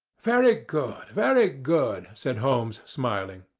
very good, very good, said holmes, smiling.